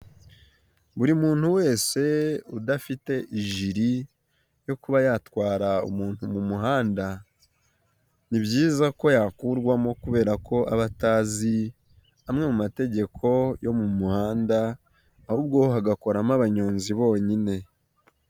Buri muntu wese udafite ijiri yo kuba yatwara umuntu mu muhanda ni byiza ko yakurwamo kubera ko aba atazi amwe mu mategeko yo mu muhanda, ahubwo hagakoramo abanyonzi bonyine.